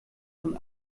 von